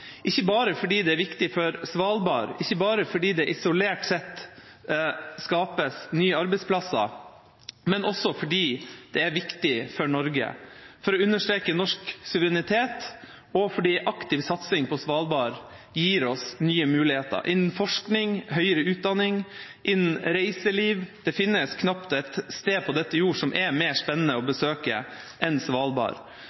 ikke bare fordi det er viktig for Svalbard, ikke bare fordi det isolert sett skaper nye arbeidsplasser, men også fordi det er viktig for Norge – for å understreke norsk suverenitet og fordi aktiv satsing på Svalbard gir oss nye muligheter innen forskning, innen høyere utdanning og innen reiseliv. Det finnes knapt et sted på denne jord som er mer spennende å